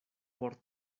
por